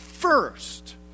First